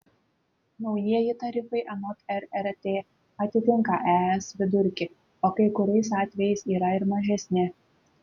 naujieji tarifai anot rrt atitinka es vidurkį o kai kuriais atvejais yra ir mažesni